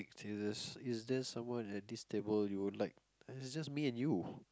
Jesus is there someone at this table you would like it's just me and you